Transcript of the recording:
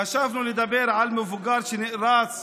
חשבנו לדבר על מבוגר שנאלץ